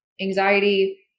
anxiety